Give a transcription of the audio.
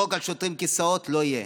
לזרוק על שוטרים כיסאות, לא יהיה.